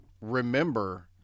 remember